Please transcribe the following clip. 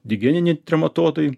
digeniniai trematodai